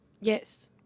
yes